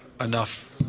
enough